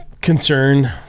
concern